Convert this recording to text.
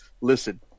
Listen